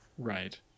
Right